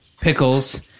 pickles